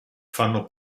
fanno